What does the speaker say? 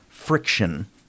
friction